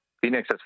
Phoenix